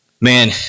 man